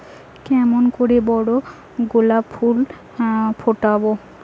কেমন করে বড় গোলাপ ফুল ফোটাব?